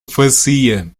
vazia